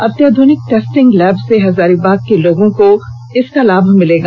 अत्याध्रनिक testing lab से हजारीबाग के लोगों को लाभ मिलेगा